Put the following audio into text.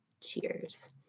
cheers